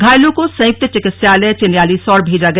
घायलों को संयुक्त चिकित्सालय चिन्यालीसौड़ भेजा गया